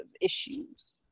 issues